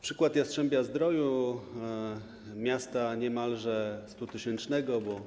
Przykład Jastrzębia-Zdroju, miasta niemalże 100-tysięcznego - bo